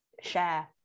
share